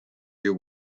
you